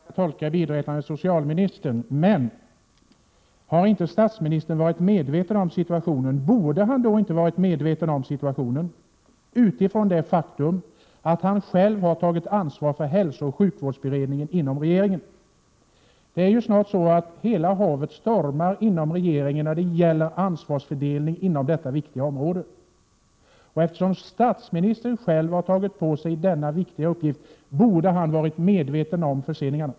Herr talman! Jag vet inte hur jag skall tolka biträdande socialministern. Om inte statsministern har varit medveten om situationen, borde han då inte — utifrån det faktum att han själv inom regeringen har tagit ansvaret för hälsooch sjukvårdsberedningen — ha varit medveten om situationen? Snart är det så att hela havet stormar inom regeringen när det gäller ansvarsfördelningen inom detta viktiga område. Och eftersom statsministern själv har tagit på sig denna viktiga uppgift, borde han ha varit medveten om förseningarna.